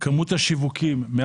כמות השיווקים,